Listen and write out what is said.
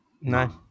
No